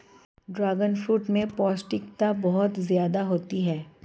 dragon fruit में पौष्टिकता बहुत ज्यादा होती है